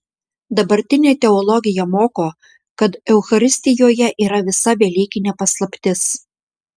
dabartinė teologija moko kad eucharistijoje yra visa velykinė paslaptis